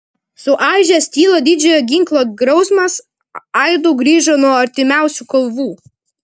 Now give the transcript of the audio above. suaižęs tylą didžiojo ginklo griausmas aidu grįžo nuo artimiausių kalvų